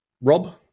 Rob